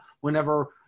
whenever